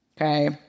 okay